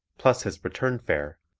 plus his return fare,